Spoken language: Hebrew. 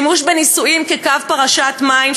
השימוש בנישואים כקו פרשת מים,